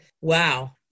wow